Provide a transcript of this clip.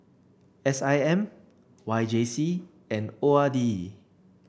S I M Y J C and O R D